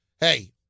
hey